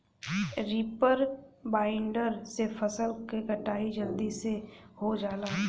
reaper binder से फसल क कटाई जलदी से हो जाला